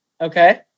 Okay